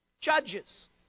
judges